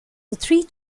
three